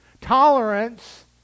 Tolerance